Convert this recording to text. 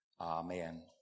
Amen